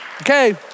Okay